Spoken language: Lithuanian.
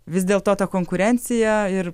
vis dėlto ta konkurencija ir